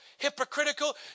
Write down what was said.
Hypocritical